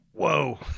Whoa